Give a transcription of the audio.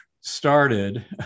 started